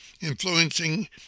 influencing